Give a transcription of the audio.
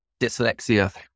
dyslexia